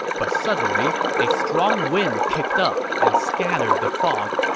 but suddenly, a strong wind kicked up and scattered the fog,